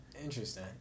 Interesting